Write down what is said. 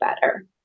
better